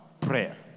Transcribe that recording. prayer